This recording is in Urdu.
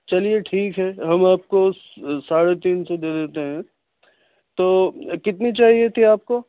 چلیے ٹھیک ہے ہم آپ کو ساڑھے تین سو دے دیتے ہیں تو کتنی چاہیے تھی آپ کو